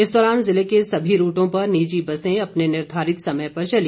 इस दौरान जिले के सभी रूटों पर निजी बसें अपने निर्धारित समय पर चली